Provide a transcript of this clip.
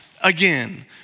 again